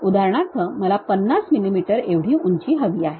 उदाहरणार्थ मला ५० मिलीमीटर एवढी उंची हवी आहे